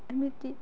ଏମିତି